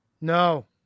No